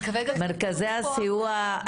מרכזי הסיוע,